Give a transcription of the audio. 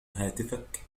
هاتفك